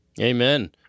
Amen